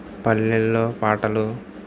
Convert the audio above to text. పల్లెల్లో పాటలు